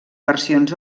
versions